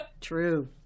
True